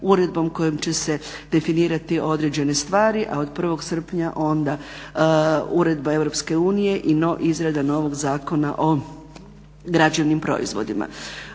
uredbom kojom će se definirati određene stvari, a od 1. srpnja onda uredba Europske unije i izrada novog Zakona o građevnim proizvodima.